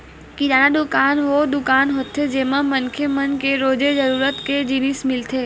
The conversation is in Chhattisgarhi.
किराना दुकान वो दुकान होथे जेमा मनखे मन के रोजे जरूरत के जिनिस मिलथे